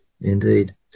indeed